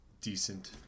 decent